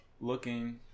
looking